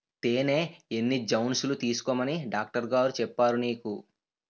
తేనె ఎన్ని ఔన్సులు తీసుకోమని డాక్టరుగారు చెప్పారు నీకు